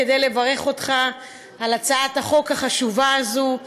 כדי לברך אותך על הצעת החוק החשובה הזאת.